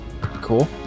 cool